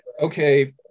okay